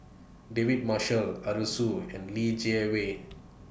David Marshall Arasu and Li Jiawei